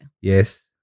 Yes